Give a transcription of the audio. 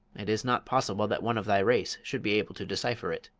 it is not possible that one of thy race should be able to decipher it.